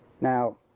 Now